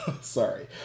sorry